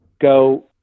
go